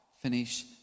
finish